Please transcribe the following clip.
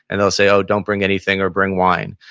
and they'll say, oh, don't bring anything or bring wine.